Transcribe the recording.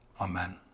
Amen